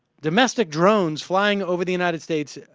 domestic drones flying over the united states ah.